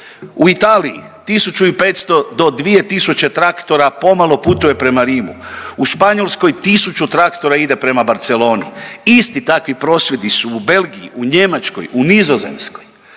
U Italiji 1500 do 2000 traktora pomalo putuje prema Rimu. U Španjolskoj 1000 traktora ide prema Barceloni. Isti takvi prosvjedi su u Belgiji, u Njemačkoj, u Nizozemskoj,